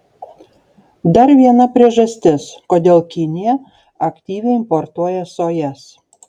dar viena priežastis kodėl kinija aktyviai importuoja sojas